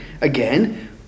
Again